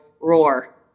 roar